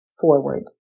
forward